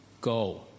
go